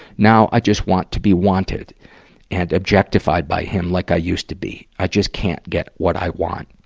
now, i just want to be wanted and objectified by him like i used to be. i just can't get what i want.